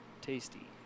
tasty